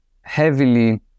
heavily